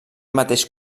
mateix